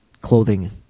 clothing